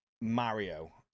Mario